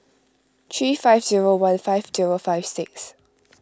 three five zero one five zero five six